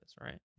right